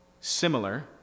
similar